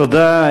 תודה.